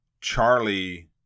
Charlie